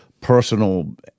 personal